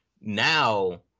now